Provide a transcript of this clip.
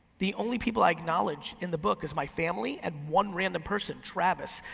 the only people i acknowledge in the book is my family and one random person, travis.